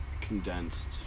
condensed